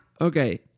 Okay